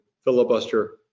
filibuster